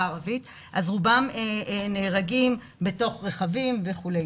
הערבית אז רובם נהרגים ברכבים וכו'.